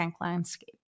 landscape